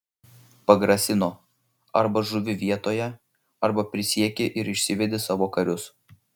pagrasino arba žūvi vietoje arba prisieki ir išsivedi savo karius